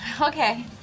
Okay